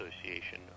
Association